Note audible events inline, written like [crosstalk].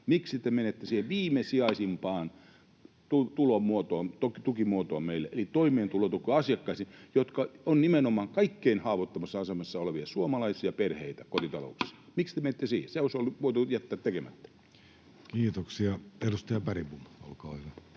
siihen viimesijaisimpaan tukimuotoon meille [noise] eli toimeentulotukiasiakkaisiin, jotka ovat nimenomaan kaikkein haavoittuvimmassa asemassa olevia suomalaisia perheitä, [noise] kotitalouksia? Miksi te menitte siihen? Se olisi voitu jättää tekemättä. Kiitoksia. — Edustaja Bergbom, olkaa hyvä.